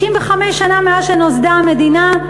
65 שנה מאז נוסדה המדינה,